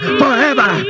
forever